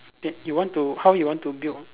eh you want to how you want to build